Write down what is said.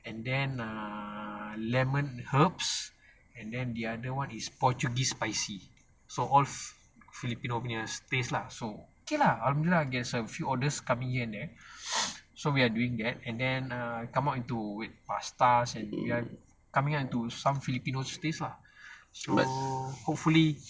and then err lemon herbs and then the other one is portuguese spicy so all filipino punya taste lah so okay lah alhamdulillah there's a few orders coming in so we are doing that and then err come out into pasta and we are coming up into some filipinos taste lah so hopefully